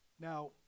Now